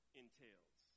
entails